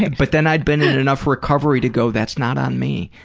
and but then i'd been in enough recovery to go, that's not on me.